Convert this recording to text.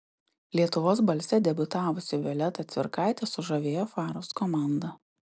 lietuvos balse debiutavusi violeta cvirkaitė sužavėjo faros komandą